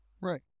Right